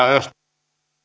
arvoisa